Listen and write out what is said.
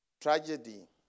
Tragedy